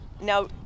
now